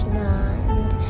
land